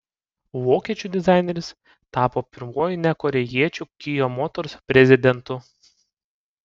vokiečių dizaineris tapo pirmuoju ne korėjiečiu kia motors prezidentu